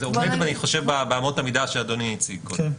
אני חושב שזה עומד באמות המידה שאדוני הציג קודם.